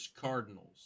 Cardinals